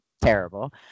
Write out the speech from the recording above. terrible